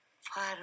Far